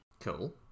Cool